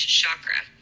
chakra